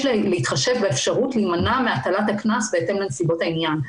להתחשב באפשרות להימנע מהטלת הקנס בהתאם לנסיבות העניין.